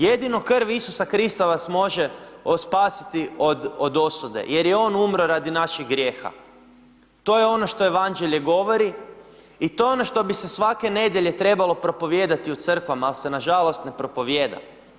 Jedino krv Isusa Krista vas može spasiti od osude jer je on umro radi naših grijeha, to je ono što Evanđelje govori i to je ono što bi se svake nedjelje trebalo propovijedati u crkvama, al se na žalost, ne propovijeda.